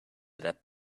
that